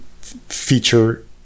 feature